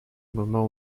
moments